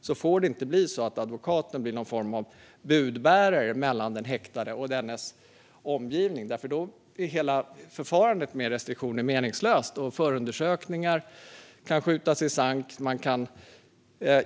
Det får inte bli så att advokaten blir någon form av budbärare mellan den häktade och dennes omgivning eftersom hela förfarandet med restriktioner då blir meningslöst och förundersökningar kan skjutas i sank.